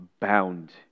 bound